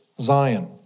Zion